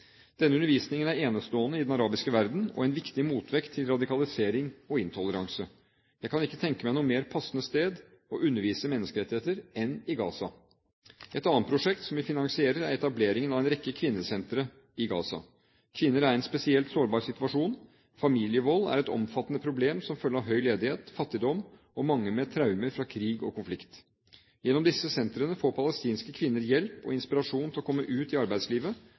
Denne undervisningen er enestående i den arabiske verden og en viktig motvekt til radikalisering og intoleranse. Jeg kan ikke tenke meg noe mer passende sted å undervise i menneskerettigheter enn i Gaza. Et annet prosjekt som vi finansierer, er etableringen av en rekke kvinnesentre i Gaza. Kvinner er i en spesielt sårbar situasjon. Familievold er et omfattende problem som følge av høy ledighet, fattigdom, og mange har traumer fra krig og konflikt. Gjennom disse sentrene får palestinske kvinner hjelp og inspirasjon til å komme ut i arbeidslivet,